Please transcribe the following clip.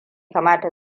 kamata